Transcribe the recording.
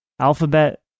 alphabet